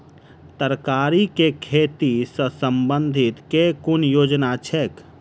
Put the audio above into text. तरकारी केँ खेती सऽ संबंधित केँ कुन योजना छैक?